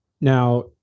Now